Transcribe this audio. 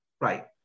Right